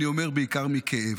אני אומר בעיקר מכאב.